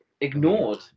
ignored